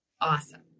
Awesome